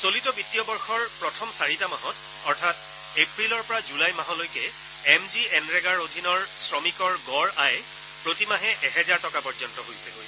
চলিত বিত্তীয় বৰ্ষৰ প্ৰথম চাৰিটা মাহত অৰ্থাৎ এপ্ৰিলৰ পৰা জুলাই মাহলৈকে এম জি এনৰেগাৰ অধীনৰ শ্ৰমিকৰ গড় আয় প্ৰতিমাহে এহেজাৰ টকা পৰ্যন্ত হৈছেগৈ